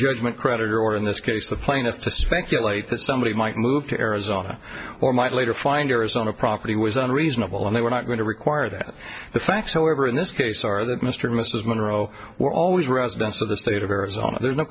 judgment creditor or in this case the plaintiff to speculate that somebody might move to arizona or might later find arizona property was unreasonable and they were not going to require that the facts however in this case are that mr and mrs monroe were always residents of the state of arizona there's no